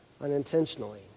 unintentionally